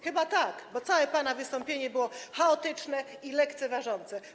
Chyba tak, bo całe pana wystąpienie było chaotyczne i lekceważące.